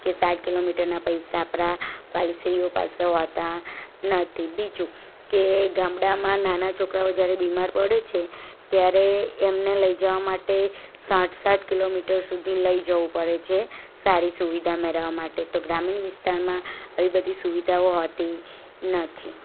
કે સાત કિલોમીટરના પૈસા આપણા પાસે સ્ત્રીઓ પાસે હોતા નથી બીજું કે ગામડામાં નાના છોકરાઓ જ્યારે બીમાર પડે છે ત્યારે એમને લઈ જવા માટે સાઠ સાઠ કિલોમીટર સુધી લઈ જવું પડે છે સારી સુવિધા મેળવવા માટે તો ગ્રામીણ વિસ્તારમાં આવી બધી સુવિધાઓ હોતી નથી